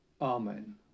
Amen